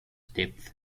depth